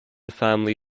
family